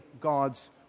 God's